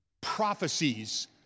prophecies